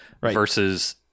versus